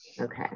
Okay